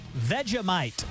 Vegemite